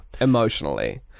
emotionally